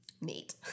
neat